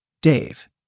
Dave